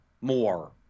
more